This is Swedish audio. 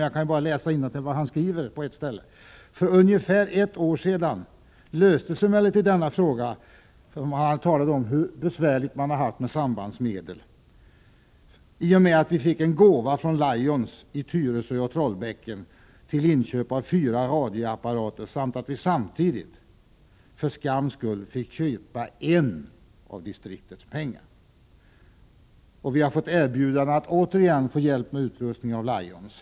Jag skall emellertid ta upp en del av det han skrivit. Han skriver att frågan om sambandsmedel löstes för ungefär ett år sedan när man fick en gåva från Lions i Tyresö och Trollbäcken för inköp av fyra radioapparater. För skams skull fick man köpa en radioapparat för distriktets pengar. Man har nu åter fått erbjudande om hjälp till utrustning från Lions.